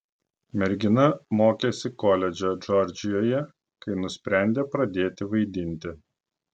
mergina mokėsi koledže džordžijoje kai nusprendė pradėti vaidinti